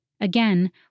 Again